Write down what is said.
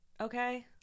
Okay